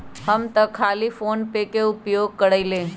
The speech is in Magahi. हम तऽ खाली फोनेपे के उपयोग करइले